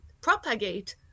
propagate